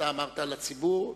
אתה אמרת לציבור,